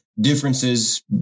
Differences